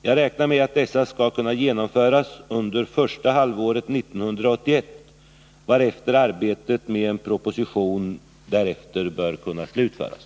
Jag räknar med att dessa skall kunna genomföras under första halvåret 1981, varefter arbetet med en proposition bör kunna slutföras.